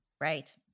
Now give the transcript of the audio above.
Right